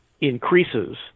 increases